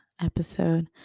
episode